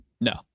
No